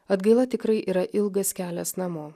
atgaila tikrai yra ilgas kelias namo